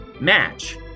Match